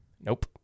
Nope